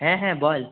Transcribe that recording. হ্যাঁ হ্যাঁ বল